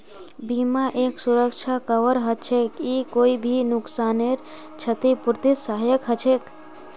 बीमा एक सुरक्षा कवर हछेक ई कोई भी नुकसानेर छतिपूर्तित सहायक हछेक